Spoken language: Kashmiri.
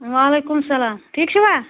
وعلیکُم السلام ٹھیٖک چھِوا